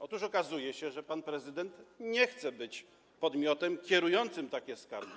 Otóż okazuje się, że pan prezydent nie chce być podmiotem kierującym takie skargi.